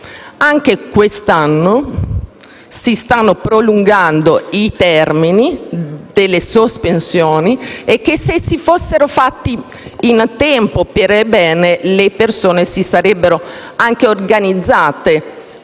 Anche quest'anno si stanno prolungando i termini delle sospensioni e, se ciò fosse stato fatto in tempo e per bene, le persone si sarebbero anche organizzate.